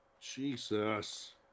Jesus